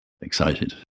excited